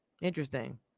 interesting